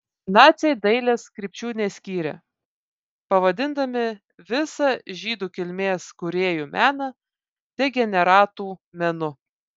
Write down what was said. naciai dailės krypčių neskyrė pavadindami visą žydų kilmės kūrėjų meną degeneratų menu